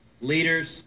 leaders